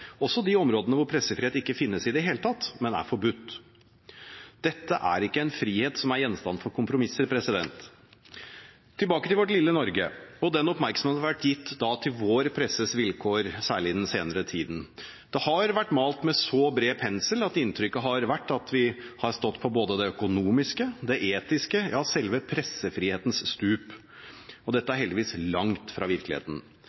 også i de områdene hvor pressefrihet ikke finnes i det hele tatt, men er forbudt. Dette er ikke en frihet som er gjenstand for kompromisser. Tilbake til vårt lille Norge og den oppmerksomhet som har vært gitt til vår presses vilkår, særlig i den senere tiden. Det har vært malt med så bred pensel at inntrykket har vært at vi har stått på både det økonomiske, det etiske, ja selve pressefrihetens stup. Dette er heldigvis langt fra virkeligheten.